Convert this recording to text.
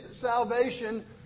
salvation